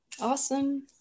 Awesome